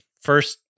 first